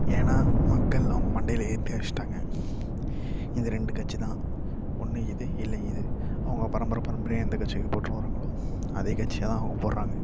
ஏன்னா மக்கள் அவங்க மண்டையில் ஏற்றி வச்சிட்டாங்க இந்த ரெண்டு கட்சி தான் ஒன்று இது இல்லை இது அவங்க பரம்பரை பரம்பரையாக எந்த கட்சிக்கு போட்டுட்டு வரங்களோ அதே கட்சியை தான் அவங்க போடுகிறாங்க